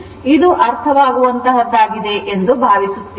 ಇದು ಅರ್ಥವಾಗುವಂತಹದ್ದಾಗಿದೆ ಎಂದು ಭಾವಿಸುತ್ತೇವೆ